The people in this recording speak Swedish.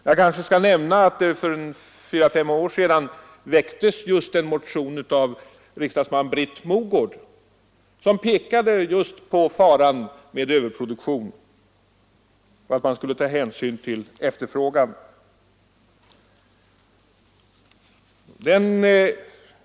Jag kan t.ex. nämna att det för fyra eller fem år sedan väcktes en motion av riksdagsman Britt Mogård, som just pekade på faran med överproduktion och framhöll att man borde ta hänsyn till efterfrågan på bostadsområdet.